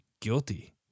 guilty